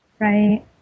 Right